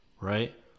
right